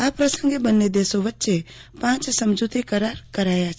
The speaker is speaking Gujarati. આ પ્રસંગે બન્ને દેશો વચ્ચે પાંચ સમજૂતી કરાર કરાયા છે